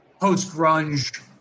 post-grunge